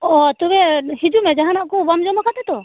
ᱚᱻ ᱛᱚᱵᱮ ᱦᱤᱡᱩᱜ ᱢᱮ ᱡᱟᱦᱟᱱᱟᱜ ᱠᱚ ᱵᱟᱢ ᱡᱚᱢ ᱟᱠᱟᱫᱟ ᱛᱚ